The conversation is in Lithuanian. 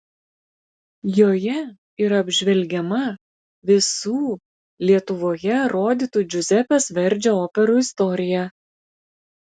joje yra apžvelgiama visų lietuvoje rodytų džiuzepės verdžio operų istorija